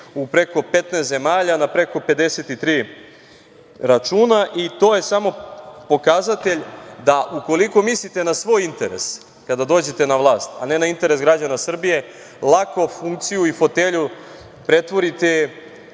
u preko 15 zemalja, na preko 53 računa i to je samo pokazatelj da ukoliko mislite na svoj interes kada dođete na vlast, a ne na interes građana Srbije lako funkciju i fotelju pretvorite